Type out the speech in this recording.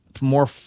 more